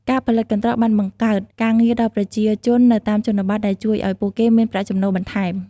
ការផលិតកន្ត្រកបានបង្កើតការងារដល់ប្រជាជននៅតាមជនបទ ដែលជួយឲ្យពួកគេមានប្រាក់ចំណូលបន្ថែម។